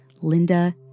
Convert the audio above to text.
Linda